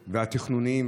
התכנוניים,